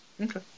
Okay